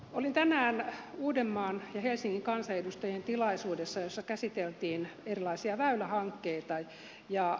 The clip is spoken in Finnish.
olin tänään uudenmaan ja helsingin kansanedustajien tilaisuudessa jossa käsiteltiin erilaisia väylähankkeita